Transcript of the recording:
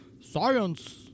Science